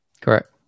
Correct